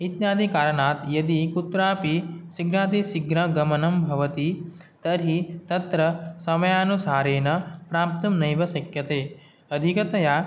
इत्यादिकारणात् यदि कुत्रापि शीघ्रातिशीघ्रगमनं भवति तर्हि तत्र समयानुसारेण प्राप्तुं नैव शक्यते अधिकतया